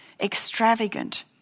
extravagant